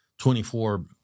24